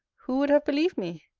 who would have believed me?